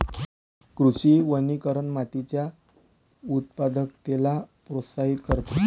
कृषी वनीकरण मातीच्या उत्पादकतेला प्रोत्साहित करते